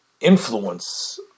influence